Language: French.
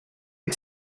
est